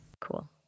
Cool